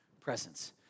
presence